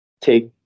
take